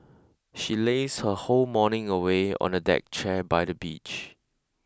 she lazed her whole morning away on a deck chair by the beach